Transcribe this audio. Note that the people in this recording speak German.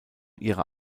ihrer